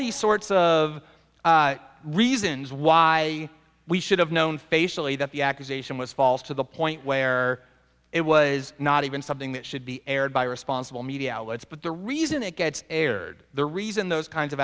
these sorts of reasons why we should have known facially that the accusation was false to the point where it was not even something that should be aired by responsible media outlets but the reason it gets aired the reason those kinds of